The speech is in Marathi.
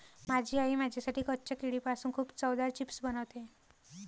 माझी आई माझ्यासाठी कच्च्या केळीपासून खूप चवदार चिप्स बनवते